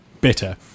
bitter